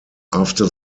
after